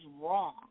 wrong